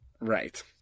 Right